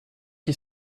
qui